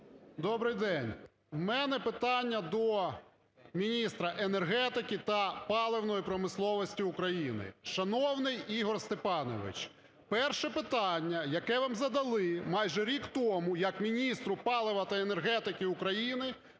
Добрий день! У мене питання до міністра енергетики та паливної промисловості України. Шановний Ігор Степанович, перше питання, яке вам задали майже рік тому як міністру палива та енергетики України,